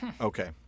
Okay